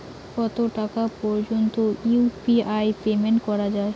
কত টাকা পর্যন্ত ইউ.পি.আই পেমেন্ট করা যায়?